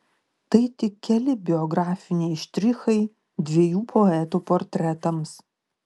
tai tik keli biografiniai štrichai dviejų poetų portretams